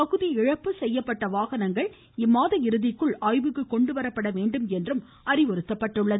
தகுதியிழப்பு செய்யப்பட்ட வாகனங்கள் இம்மாத இறுதிக்குள் ஆய்வுக்கு கொண்டுவரப்பட வேண்டும் என்றும் அறிவுறுத்தப்பட்டது